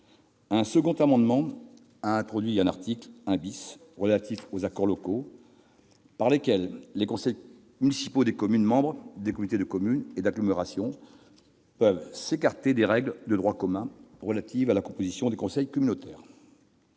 Un deuxième amendement a introduit un article 1 relatif aux accords locaux par lesquels les conseils municipaux des communes membres des communautés de communes et d'agglomération peuvent s'écarter des règles de droit commun en matière de composition des conseils communautaires.